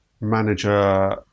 manager